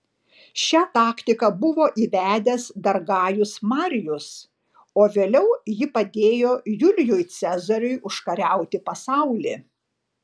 šią taktiką buvo įvedęs dar gajus marijus o vėliau ji padėjo julijui cezariui užkariauti pasaulį